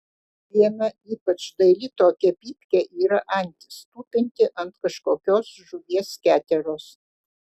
viena ypač daili tokia pypkė yra antis tupinti ant kažkokios žuvies keteros